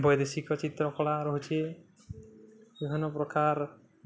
ବୈଦେଶିକ ଚିତ୍ରକଳା ରହୁଛି ବିଭିନ୍ନ ପ୍ରକାର